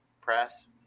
press